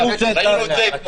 לנהוג לעבודה,